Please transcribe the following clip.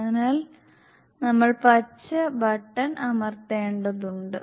അതിനാൽ നമ്മൾ പച്ച ബട്ടൺ അമർത്തേണ്ടതുണ്ട്